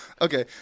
Okay